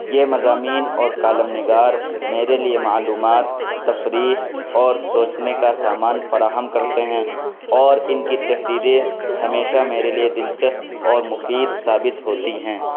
یہ مضامین اور کالم نگار میرے لیے معلومات تفریح اور سوچنے کا سامان فراہم کرتے ہیں اور ان کی تحریریں ہمیشہ میرے لیے دلچسپ اور مفید ثابت ہوتی ہیں